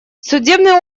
судебные